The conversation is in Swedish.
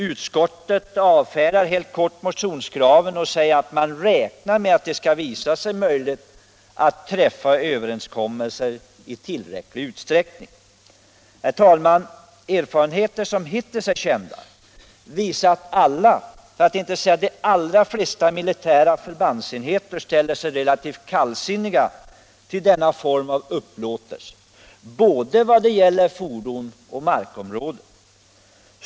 Utskottet avfärdar helt kort motionskravet och säger att man räknar med att det skall visa sig möjligt att träffa överenskommelser i tillräcklig utsträckning. Erfarenheter som hittills är kända visar att de allra flesta — för att inte säga alla — militära förband ställer sig relativt kallsinniga till denna form av upplåtelse. Det gäller både fordon och markområden.